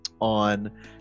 on